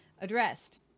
addressed